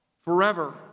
forever